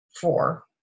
Four